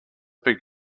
big